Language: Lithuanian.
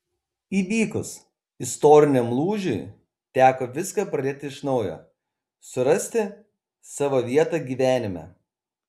įvykus istoriniam lūžiui teko viską pradėti iš naujo surasti savo vietą gyvenime